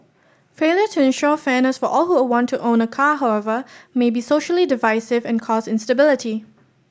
failure to ensure fairness for all who want to own a car however may be socially divisive and cause instability